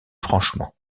franchement